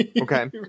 Okay